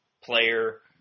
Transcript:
player